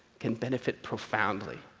can benefit profoundly,